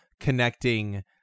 connecting